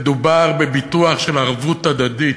מדובר בביטוח של ערבות הדדית.